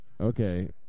okay